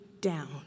down